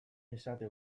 esate